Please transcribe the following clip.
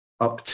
up